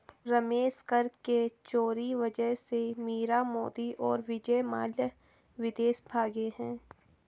रमेश कर के चोरी वजह से मीरा मोदी और विजय माल्या विदेश भागें हैं